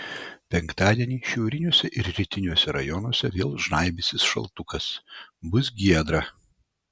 penktadienį šiauriniuose ir rytiniuose rajonuose vėl žnaibysis šaltukas bus giedra